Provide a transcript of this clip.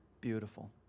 Beautiful